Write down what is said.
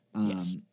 Yes